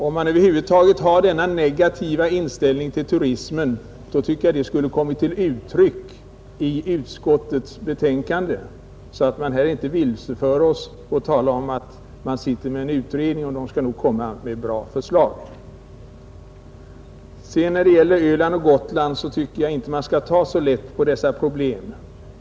Om man över huvud taget har herr Fagerlunds negativa inställning till turismen anser jag att det borde ha kommit till uttryck i utskottets betänkande, så att man inte vilseför oss genom vackert tal om att en utredning pågår som nog skall komma med bra förslag. Vidare tycker jag inte att man bör ta så lätt på problemen som gäller Öland och Gotland.